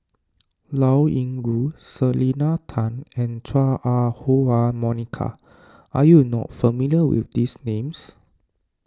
Liao Yingru Selena Tan and Chua Ah Huwa Monica are you not familiar with these names